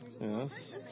Yes